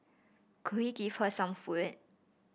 could he give her some food